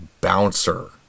bouncer